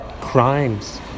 crimes